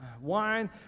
wine